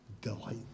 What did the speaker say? delight